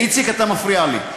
איציק, אתה מפריע לי.